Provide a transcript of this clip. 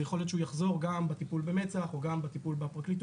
יכול להיות שהוא יחזור גם בטיפול במצ"ח או גם בטיפול בפרקליטות,